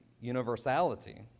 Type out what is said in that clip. universality